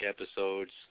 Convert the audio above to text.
episodes